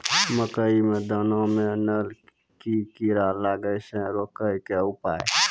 मकई के दाना मां नल का कीड़ा लागे से रोकने के उपाय?